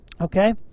okay